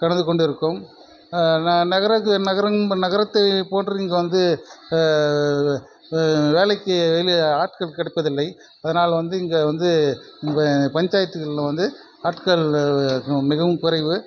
கடந்து கொண்டு இருக்கும் ந நகரக்கு நகரங் பண் நகரத்தை போன்று இங்கு வந்து வேலைக்கு வெளியே ஆட்கள் கிடைப்பதில்லை அதனால் வந்து இங்கே வந்து இங்கே பஞ்சாயத்துகளில் வந்து ஆட்கள் கும் மிகவும் குறைவு